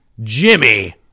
Jimmy